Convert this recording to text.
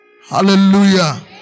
Hallelujah